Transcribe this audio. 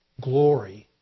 glory